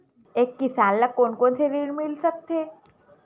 एक किसान ल कोन कोन से ऋण मिल सकथे?